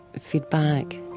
feedback